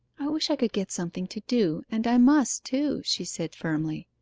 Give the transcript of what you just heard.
i wish i could get something to do and i must too she said firmly.